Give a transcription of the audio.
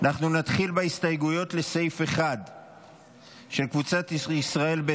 מירב